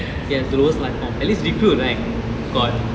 ya it's the lowest life form at least recruit right got